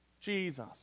Jesus